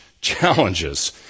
challenges